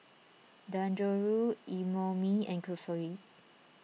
Dangojiru Imoni and Kulfi